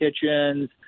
kitchens